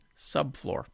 subfloor